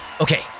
Okay